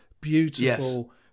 beautiful